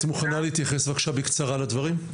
את מוכנה להתייחס בבקשה בקצרה לדברים?